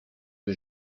que